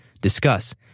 discuss